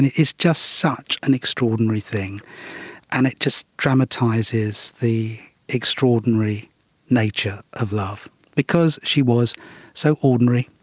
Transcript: it's just such an extraordinary thing and it just dramatises the extraordinary nature of love because she was so ordinary,